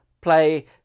Play